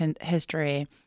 history